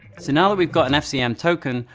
so now that we've got an fcm token,